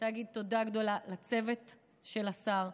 אני רוצה להגיד תודה גדולה לצוות של השר.